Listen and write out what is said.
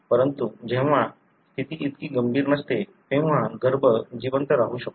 परंतु जेव्हा स्थिती इतकी गंभीर नसते तेव्हा गर्भ जिवंत राहू शकतो